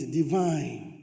divine